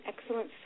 excellent